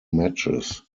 matches